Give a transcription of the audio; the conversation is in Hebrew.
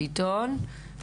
ביטון,